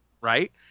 Right